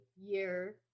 year